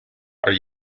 are